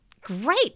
great